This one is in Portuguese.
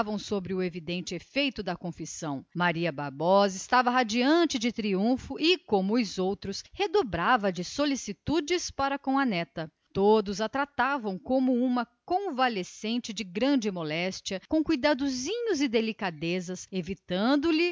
sobre o salutar efeito da confissão maria bárbara resplandecia de triunfo e como os outros da família redobrava de solicitudes para com a neta ana rosa era tratada como uma criança convalescente de moléstia mortal cercavam na de pequenas delicadezas e